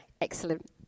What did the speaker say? Excellent